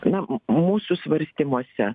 na mūsų svarstymuose